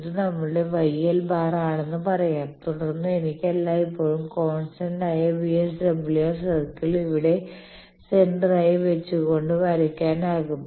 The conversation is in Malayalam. ഇത് നമ്മളുടെ YL ബാർ ആണെന്ന് പറയാം തുടർന്ന് എനിക്ക് എല്ലായ്പ്പോഴും കോൺസ്റ്റന്റ് ആയ VSWR സർക്കിൾ ഇവിടെ സെന്റർ ആയി വെച്ചുകൊണ്ട് വരയ്ക്കാനാകും